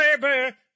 baby